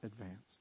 advanced